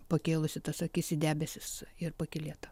pakėlusi tas akis į debesis ir pakylėta